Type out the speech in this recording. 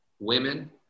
women